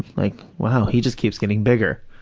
like, wow, he just keeps getting bigger,